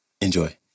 Enjoy